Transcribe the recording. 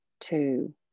two